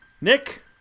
Nick